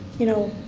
you know,